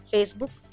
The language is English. Facebook